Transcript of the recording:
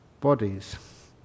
bodies